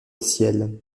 ciel